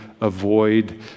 avoid